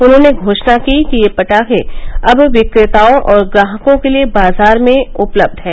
उन्होंने घोषणा की कि ये पटाखे अब विक्रेताओं और ग्राहकों के लिए बाजार में उपलब्ध हैं